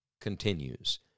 continues